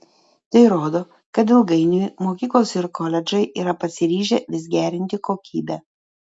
tai rodo kad ilgainiui mokyklos ir koledžai yra pasiryžę vis gerinti kokybę